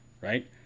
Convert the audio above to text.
right